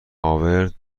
هاورد